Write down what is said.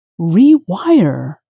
rewire